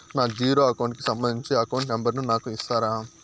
నా zero account కి సంబంధించి అకౌంట్ నెంబర్ ను నాకు ఇస్తారా